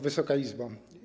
Wysoka Izbo!